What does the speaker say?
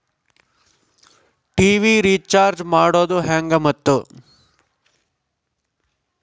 TV recharge ಮಾಡೋದು ಹೆಂಗ ಮತ್ತು?